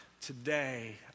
today